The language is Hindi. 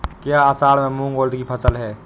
क्या असड़ में मूंग उर्द कि फसल है?